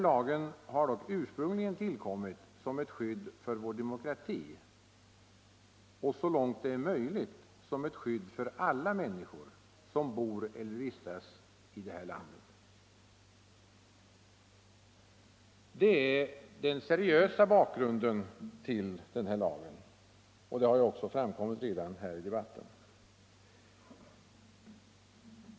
Lagen har dock ursprungligen tillkommit som ett skydd för vår demokrati och så långt det är möjligt som ett skydd för alla människor som bor eller vistas i vårt land. Detta är den seriösa bakgrunden till lagens tillkomst, såsom redan har framhållits i debatten.